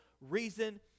reason